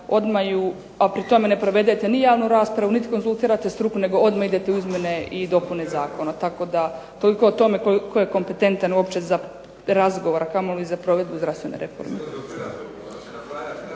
a pri tome ne provedete ni javnu raspravu, niti konzultirate struku, nego odmah idete u izmjene i dopune zakona, tako da toliko o tome tko je kompetentan uopće za razgovor, a kamoli za provedbu zdravstvene reforme.